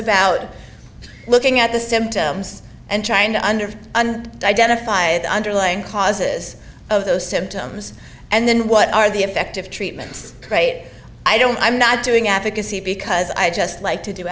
about looking at the symptoms and trying to under identify the underlying causes of those symptoms and then what are the effective treatments crate i don't i'm not doing advocacy because i just like to do